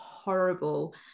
horrible